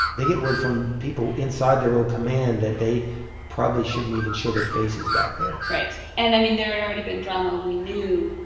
they get word from people inside their old command that they probably shouldn't even show their faces back there right. and, i mean, there had already been drama. we knew,